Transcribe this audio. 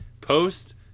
post